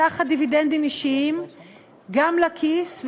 לקחת דיבידנדים אישיים גם לכיס,